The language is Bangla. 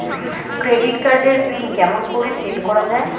ক্রেডিট কার্ড এর পিন কেমন করি সেট করা য়ায়?